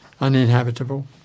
uninhabitable